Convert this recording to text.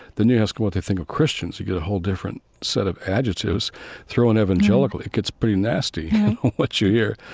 then you ask what they think of christians. you get a whole different set of adjectives thrown evangelically mm-hmm it gets pretty nasty what you hear.